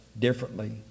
differently